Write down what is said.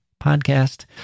podcast